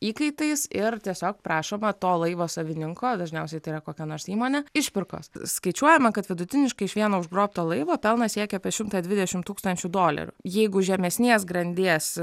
įkaitais ir tiesiog prašoma to laivo savininko dažniausiai tai yra kokia nors įmonė išpirkos skaičiuojama kad vidutiniškai iš vieno užgrobto laivo pelnas siekia apie šimtą dvidešimt tūkstančių dolerių jeigu žemesnės grandies